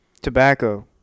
Tobacco